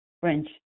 French